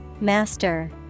Master